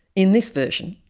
in this version,